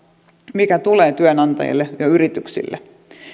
mikä tulee työnantajille ja yrityksille